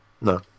No